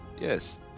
Yes